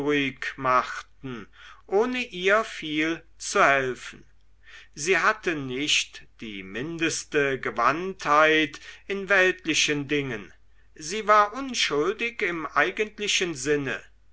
machten ohne ihr viel zu helfen sie hatte nicht die mindeste gewandtheit in weltlichen dingen sie war unschuldig im eigentlichen sinne